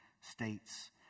states